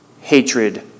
hatred